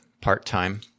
part-time